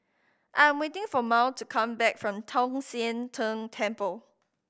I am waiting for Mal to come back from Tong Sian Tng Temple